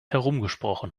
herumgesprochen